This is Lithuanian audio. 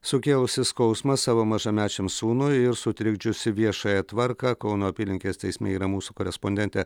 sukėlusi skausmą savo mažamečiam sūnui ir sutrikdžiusi viešąją tvarką kauno apylinkės teisme yra mūsų korespondentė